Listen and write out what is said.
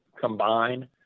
combine